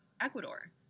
Ecuador